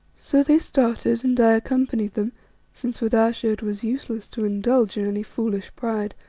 so they started, and i accompanied them since with ayesha it was useless to indulge in any foolish pride,